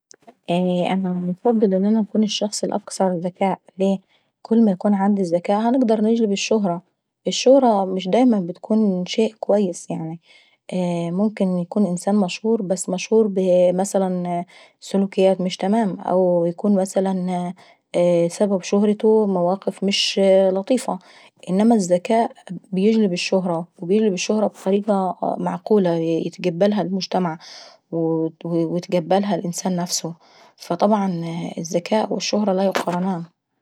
< > انا انفضل ان انا نكون الشخص الاكتر ذكاء. ليه؟ كل ما يكون عيندي ذكاء هنقدر نجلب الشهرة، الشهرة مش دايما اتكون شيء كويس يعناي. اييه ممكن يكون الانسان مشهور بس مشهور ب مثلا ااا سلوكيات مش تمام او بتكون سبب شهرته مواقف مش لطيفة. انما الذكاء بيجلب الشهر بطريقة معقولة يتقبلها المجتمع ويتقبلها لانسان نفسه. فالذكاء والشهرة ميتقارنوش.